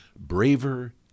Braver